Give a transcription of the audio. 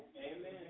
Amen